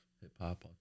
hip-hop